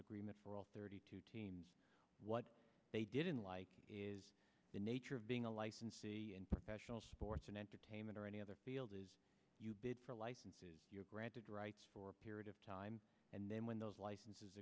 agreement for all thirty two teams what they didn't like is the nature of being a licensed professional sports and entertainment or any other field is good for licenses granted rights for a period of time and then when those licenses